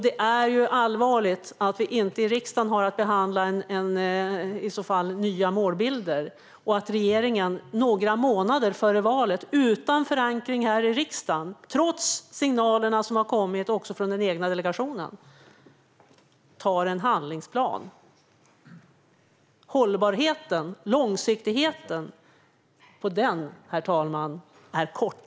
Det är allvarligt att riksdagen inte kan behandla nya målbilder. Regeringen har några månader före valet, utan förankring i riksdagen och trots signalerna från den egna delegationen, antagit en handlingsplan. Hållbarheten och långsiktigheten i den planen är kort.